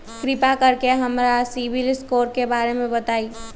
कृपा कर के हमरा सिबिल स्कोर के बारे में बताई?